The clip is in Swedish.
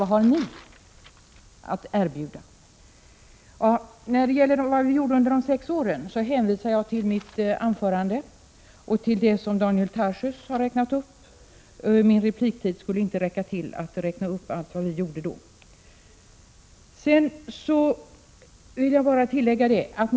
Vad har ni att erbjuda? Vad gäller frågan om vad vi gjorde under de sex borgerliga regeringsåren hänvisar jag till mitt tidigare anförande och till Daniel Tarschys uppräkning av åtgärder. Min repliktid skulle inte räcka till för att räkna upp allt vad vi gjorde under dessa år.